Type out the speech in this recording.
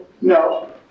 No